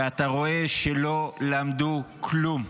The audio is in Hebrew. ואתה רואה שלא למדו כלום,